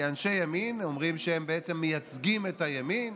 כאנשי ימין, אומרים שהם בעצם מייצגים את הימין.